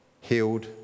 healed